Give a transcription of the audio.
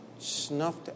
snuffed